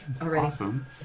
Awesome